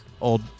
old